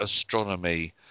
astronomy